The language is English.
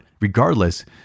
regardless